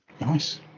Nice